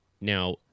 Now